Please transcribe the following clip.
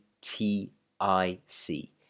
T-I-C